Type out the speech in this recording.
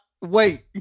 Wait